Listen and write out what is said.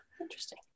Interesting